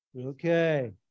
Okay